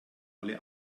alle